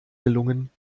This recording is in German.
gelungen